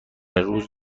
روز